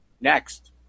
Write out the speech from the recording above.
next